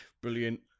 Brilliant